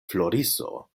floriso